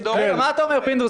רגע, מה אתה אומר פינדורס?